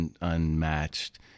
unmatched